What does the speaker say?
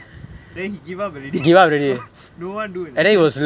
then he give up already because no one do right